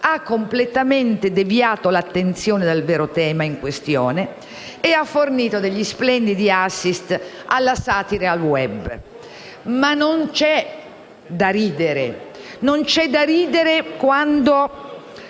hanno completamente deviato l'attenzione dal vero tema in questione e hanno fornito degli splendidi *assist* alla satira e al *web*. Ma non c'è da ridere. Non c'è da ridere quando